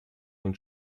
von